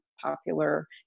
popular